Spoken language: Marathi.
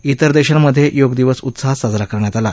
त्तेर देशांमध्येही योग दिवस उत्साहात साजरा करण्यात आला